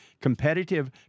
competitive